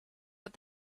but